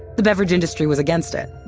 the beverage industry was against it.